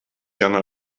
gerne